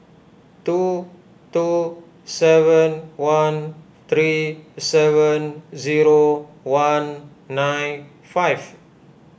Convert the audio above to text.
two two seven one three seven zero one nine five